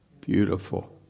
Beautiful